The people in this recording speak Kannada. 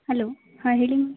ಹಲೋ ಹಾಂ ಹೇಳಿ